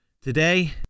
today